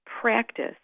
practice